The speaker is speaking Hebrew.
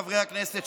חברי הכנסת,